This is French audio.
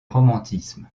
romantisme